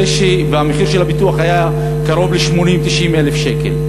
והמחיר של הביטוח היה 80,000 90,000 שקל.